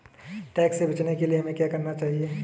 Tax से बचने के लिए हमें क्या करना चाहिए?